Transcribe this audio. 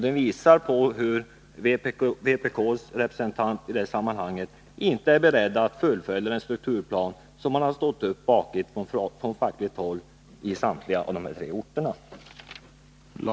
Det visar att vpk:s representant inte är beredd att fullfölja den strukturplan som man har ställt upp bakom på fackligt håll i alla de tre orterna.